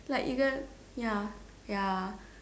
like you gonna ya ya